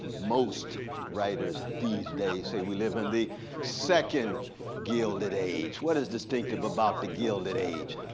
most writers these days say we live in the second gilded age. what is distinctive about the gilded age?